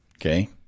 Okay